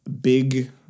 big –